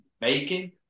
Bacon